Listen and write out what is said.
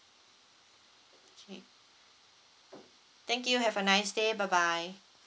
okay thank you have a nice day bye bye